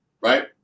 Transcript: right